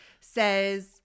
Says